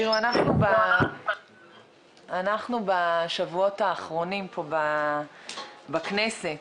תראו, אנחנו בשבועות האחרונים פה בכנסת